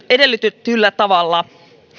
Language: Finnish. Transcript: edellytetyllä tavalla aktiivisuutta työnhaussa